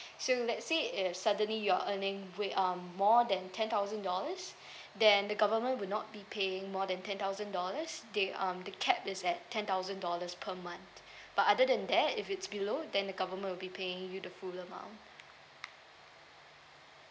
so let's say if suddenly you're earning wait um more than ten thousand dollars then the government will not be paying more than ten thousand dollars they um the cap is at ten thousand dollars per month but other than that if it's below then the government will be paying you the full amount